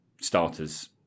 starters